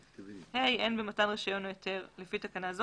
אין במתן רישיון או היתר לפי תקנה זו